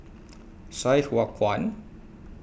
Sai Hua Kuan